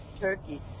turkey